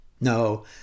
No